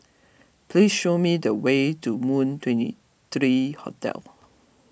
please show me the way to Moon twenty three Hotel